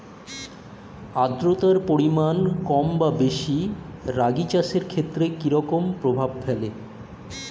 আদ্রতার পরিমাণ কম বা বেশি রাগী চাষের ক্ষেত্রে কি রকম প্রভাব ফেলে?